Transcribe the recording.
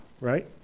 right